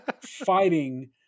fighting